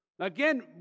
Again